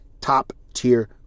top-tier